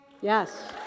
Yes